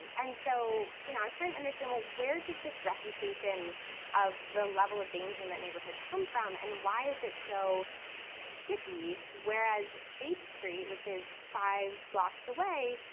and so i was trying to understand, ah where does this reputation of the level of danger in that neighborhood come from? and why is it so sticky, whereas h street, which is five blocks away,